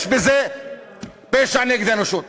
יש בזה פשע נגד האנושות.